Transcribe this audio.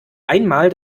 einmal